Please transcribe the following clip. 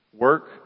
Work